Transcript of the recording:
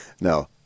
No